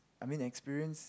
I mean experience